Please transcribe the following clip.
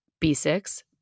B6